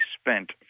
spent